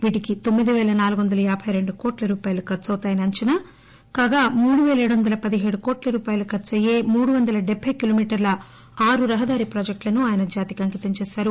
వీటికి తొమ్మి దివేల నాలుగు వంద యాబైరెండు కోట్ల రూపాయలు ఖర్సు అవుతాయని అంచనా కాగా మూడుపేల ఏడొందల పదిహేడు కోట్ల రూపాయలు ఖర్సయ్యేమూడు వంద డెబ్బె కిలోమీటర్ల ఆరు రహదారి ప్రాజెక్టులను ఆయన జాతికి అంకితం చేశారు